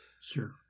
Sure